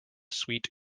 sweet